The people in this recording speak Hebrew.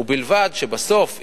ובלבד שבסוף,